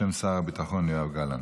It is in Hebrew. בשם שר הביטחון יואב גלנט.